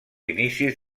inicis